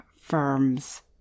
firms